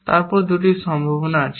তারপর দুটি সম্ভাবনা আছে